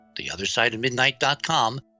theothersideofmidnight.com